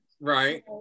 Right